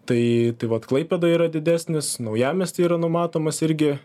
tai tai vat klaipėda yra didesnis naujamiesty yra numatomas irgi